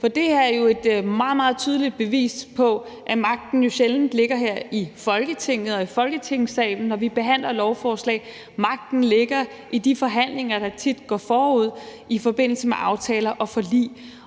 For det her er jo et meget, meget tydeligt bevis på, at magten sjældent ligger her i Folketinget og i Folketingssalen, når vi behandler lovforslag. Magten ligger i de forhandlinger, der tit går forud i forbindelse med aftaler og forlig.